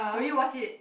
will you watch it